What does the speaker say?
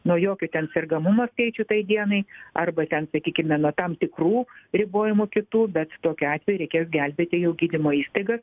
nuo jokių ten sergamumo skaičių tai dienai arba ten sakykime nuo tam tikrų ribojimų kitų bet tokiu atveju reikės gelbėti jau gydymo įstaigas